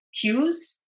cues